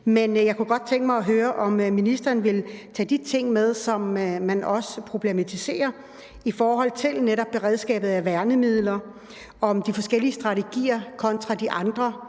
Men jeg kunne godt tænke mig at høre, om ministeren vil tage de ting med, som man også problematiserer, i forhold til netop beredskabet af værnemidler, i forhold til de forskellige strategier kontra de andre,